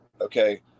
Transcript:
okay